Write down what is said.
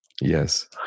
Yes